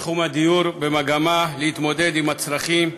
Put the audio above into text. בתחום הדיור במגמה להתמודד עם הצרכים,